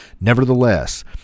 Nevertheless